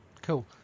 Cool